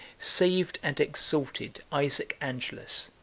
saved and exalted isaac angelus,